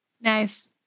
nice